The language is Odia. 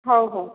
ହଉ ହଉ